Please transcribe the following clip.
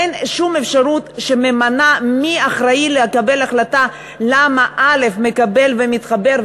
אין שום אפשרות שקובעת מי אחראי לקבל החלטה למה א' מקבל ומתחבר,